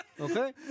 okay